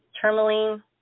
tourmaline